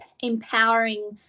empowering